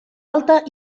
alta